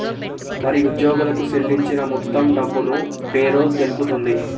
మరి ఉద్యోగులకు సేల్లించిన మొత్తం డబ్బును పేరోల్ తెలుపుతుంది